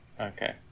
Okay